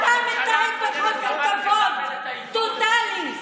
אתה מתנהג בחוסר כבוד טוטלי.